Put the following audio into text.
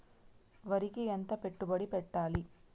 వరికి ఎంత పెట్టుబడి పెట్టాలి?